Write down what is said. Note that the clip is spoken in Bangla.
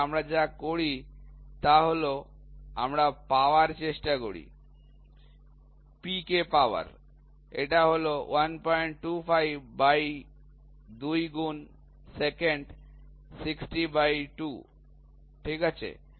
তাহলে আমরা যা করি তা হল আমরা P কে পাওয়ার চেষ্টা করি এটা হল ১২৫২ গুন secant ৬০২ ঠিক আছে